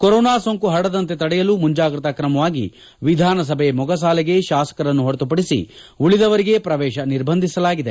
corona ಸೋಂಕು ಹರಡದಂತೆ ತಡೆಯಲು ಮುಂಜಾಗ್ರತಾ ಕ್ರಮವಾಗಿ ವಿಧಾನಸಭೆ ಮೊಗಸಾಲೆಗೆ ಶಾಸಕರನ್ನು ಹೊರತುಪಡಿಸಿ ಉಳಿದವರಿಗೆ ಪ್ರವೇಶ ನಿರ್ಬಂಧಿಸಲಾಗಿದೆ